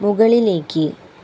മുകളിലേക്ക്